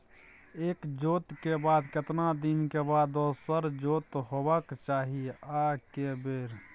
एक जोत के बाद केतना दिन के बाद दोसर जोत होबाक चाही आ के बेर?